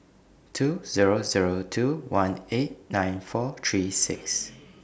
two Zero Zero two one eight nine four three six